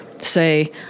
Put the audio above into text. say